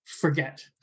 forget